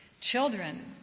Children